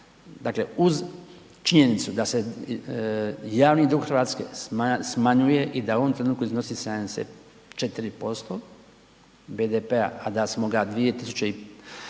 Dakle uz činjenicu da se javni dug Hrvatske smanjuje i da u ovom trenutku iznosi 74% BDP-a a da smo ga 2016.